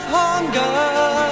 hunger